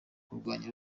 kurwanya